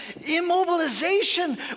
immobilization